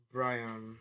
Brian